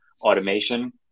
automation